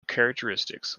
characteristics